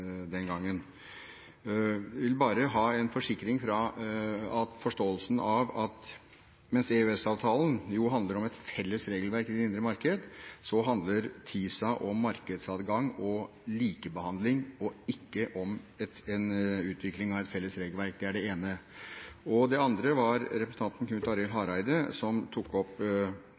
den gangen. Jeg vil bare ha en forsikring om forståelsen av at mens EØS-avtalen jo handler om et felles regelverk i det indre marked, handler TISA om markedsadgang og likebehandling og ikke om en utvikling av et felles regelverk. Det er det ene. Det andre var det som representanten Knut Arild